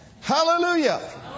Hallelujah